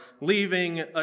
leaving